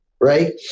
right